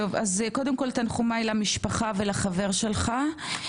קודם כל תנחומיי למשפחה ולחברך.